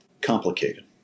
complicated